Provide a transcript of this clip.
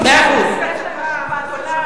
יש להם השקפת עולם,